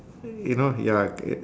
you know ya c~